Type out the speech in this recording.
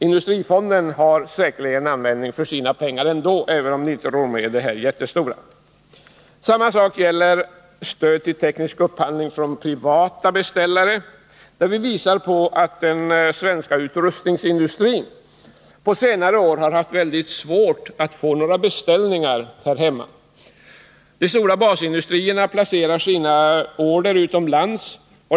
Industrifonden har säkerligen användning för sina pengar ändå, även om den inte rår med det här jättestora området. Samma sak gäller stöd till teknisk upphandling från privata beställare, där vi visar på att den svenska utrustningsindustrin på senare år haft mycket svårt att få några beställningar här hemma. De stora basindustrierna placerar sina order utomlands.